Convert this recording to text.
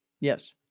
Yes